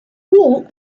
walk